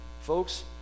folks